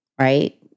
right